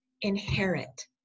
Inherit